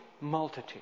multitude